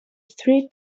three